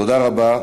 תודה רבה.